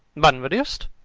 bunburyist?